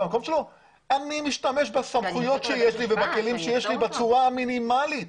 אני משתמש בסמכויות שיש לי ובכלים שיש לי בצורה המינימלית